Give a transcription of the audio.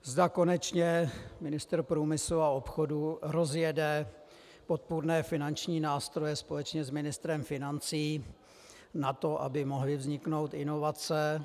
Zda konečně ministr průmyslu a obchodu rozjede podpůrné finanční nástroje společně s ministrem financí na to, aby mohly vzniknout inovace.